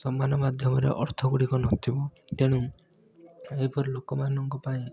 ସମାନ ମାଧ୍ୟମରେ ଅର୍ଥ ଗୁଡ଼ିକ ନଥିବ ତେଣୁ ଏହିପରି ଲୋକମାନଙ୍କ ପାଇଁ